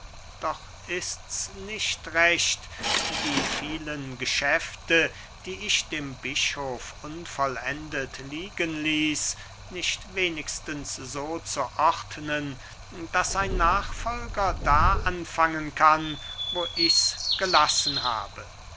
doch ist's nicht recht die vielen geschäfte die ich dem bischof unvollendet liegen ließ nicht wenigstens so zu ordnen daß ein nachfolger da anfangen kann wo ich's gelassen habe